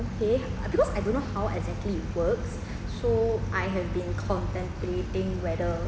okay because I don't know how exactly it works so I have been contemplating whether